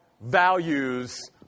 values